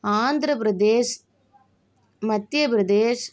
Andhra Pradesh Madhya Pradesh